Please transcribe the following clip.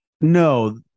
No